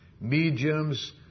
mediums